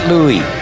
Louis